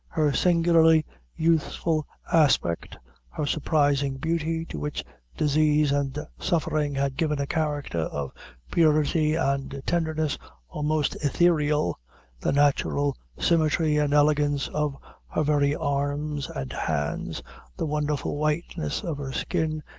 her singularly youthful aspect her surprising beauty, to which disease and suffering had given a character of purity and tenderness almost etherial the natural symmetry and elegance of her very arms and hands the wonderful whiteness of her skin,